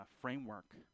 framework